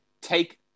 take